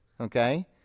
okay